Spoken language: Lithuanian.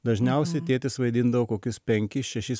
dažniausiai tėtis vaidindavo kokius penkis šešis